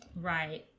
Right